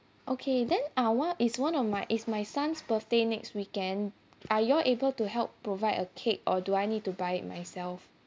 okay then uh one is one of my is my son's birthday next weekend are you're able to help provide a cake or do I need to buy it myself